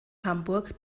hamburg